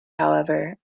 however